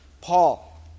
Paul